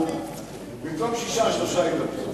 הכנסת אורי אריאל?